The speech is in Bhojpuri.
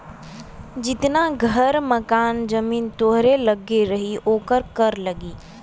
जितना घर मकान जमीन तोहरे लग्गे रही ओकर कर लगी